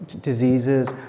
diseases